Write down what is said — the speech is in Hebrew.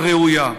הראויה.